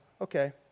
Okay